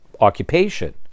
occupation